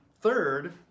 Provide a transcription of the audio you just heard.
third